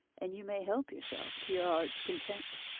and you may help yourself to your heart's content.